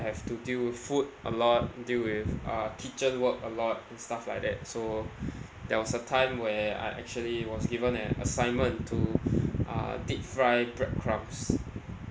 have to deal with food a lot deal with uh kitchen work a lot and stuff like that so there was a time where I actually was given an assignment to uh deep fry bread crumbs